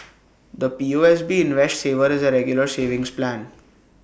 the P O S B invest saver is A regular savings plan